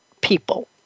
people